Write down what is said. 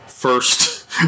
First